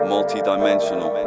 Multi-dimensional